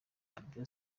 arabie